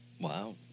Wow